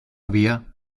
vía